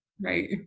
right